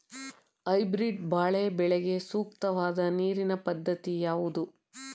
Hybrid ಬಾಳೆ ಬೆಳೆಗೆ ಸೂಕ್ತವಾದ ನೀರಿನ ಪದ್ಧತಿ ಯಾವುದು?